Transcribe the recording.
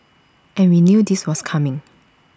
and we knew this was coming